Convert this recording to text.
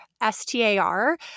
S-T-A-R